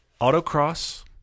autocross